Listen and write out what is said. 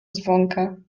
dzwonka